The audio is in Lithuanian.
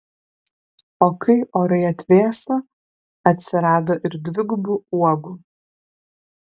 o kai orai atvėso atsirado ir dvigubų uogų